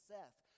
Seth